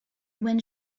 when